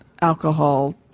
alcohol